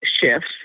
shifts